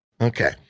Okay